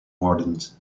wardens